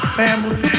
family